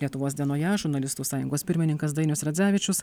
lietuvos dienoje žurnalistų sąjungos pirmininkas dainius radzevičius